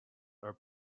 are